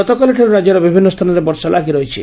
ଗତକାଲିଠାରୁ ରାଜ୍ୟର ବିଭିନ୍ନ ସ୍ଥାନରେ ବର୍ଷା ଲାଗିରହିଛି